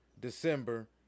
December